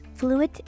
fluid